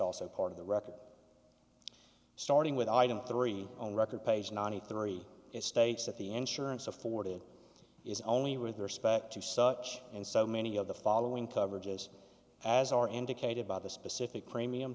also part of the record starting with item three on record page ninety three it states that the insurance afforded is only with the respect to such and so many of the following coverages as are indicated by the specific premium